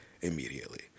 immediately